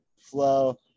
flow